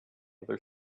other